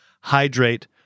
hydrate